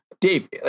Dave